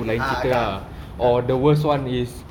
ah tak tak